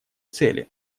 цели